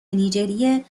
نیجریه